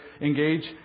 engage